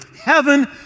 heaven